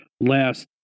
last